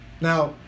Now